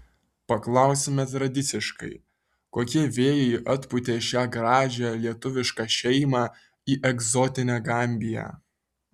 paklausime tradiciškai kokie vėjai atpūtė šią gražią lietuvišką šeimą į egzotinę gambiją